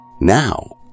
Now